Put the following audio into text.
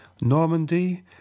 Normandy